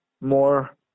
more